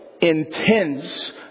intense